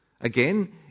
Again